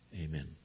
Amen